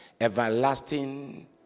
Everlasting